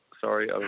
Sorry